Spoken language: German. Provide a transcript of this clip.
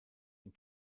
ihn